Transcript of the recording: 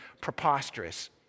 preposterous